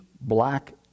black